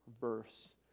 verse